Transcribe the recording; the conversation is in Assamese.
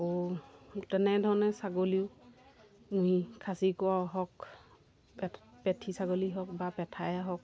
আকৌ তেনেধৰণে ছাগলীও নুই খাচী কৰাও হওক পেঠী ছাগলী হওক বা পেঠাই হওক